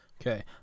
Okay